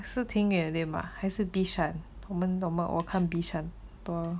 是挺远吗还是 bishan 我们我们我看 bishan